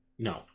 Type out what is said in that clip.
No